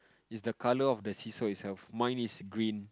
is the color of the see saw itself mine is green